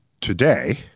today